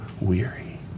weary